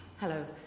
Hello